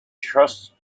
trust